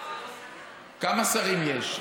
כמה שרים יש?